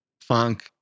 funk